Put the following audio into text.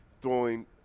throwing